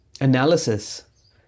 Analysis